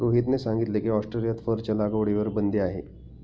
रोहितने सांगितले की, ऑस्ट्रेलियात फरच्या लागवडीवर बंदी आहे